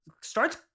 starts